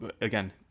again